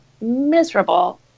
Miserable